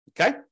Okay